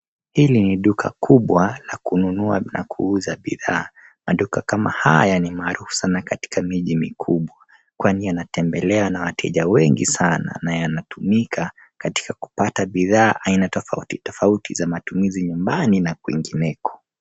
Hili ni duka kubwa la kununua na kuuza bidhaa. Maduka kama haya ni maarufu sana katika miji mikubwa, kwani yanatembelewa na wateja wengi saana na yanatumika katika kupata bidhaa aina tofauti tofauti za matumizi nyumbani na kuingineko.